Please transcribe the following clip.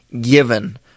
given